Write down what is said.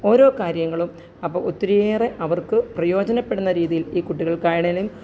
ഓരോ കാര്യങ്ങളും അപ്പോൾ ഒത്തിരിയേറെ അവര്ക്ക് പ്രയോജനപ്പെടുന്ന രീതിയില് ഈ കുട്ടികള്ക്കാണെങ്കിലും